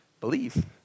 Believe